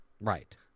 Right